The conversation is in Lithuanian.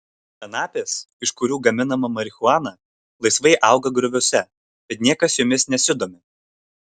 kanapės iš kurių gaminama marihuana laisvai auga grioviuose bet niekas jomis nesidomi